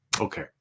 Okay